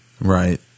Right